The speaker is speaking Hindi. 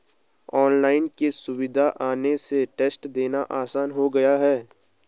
ऑनलाइन की सुविधा आने से टेस्ट देना आसान हो गया है